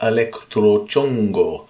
Electrochongo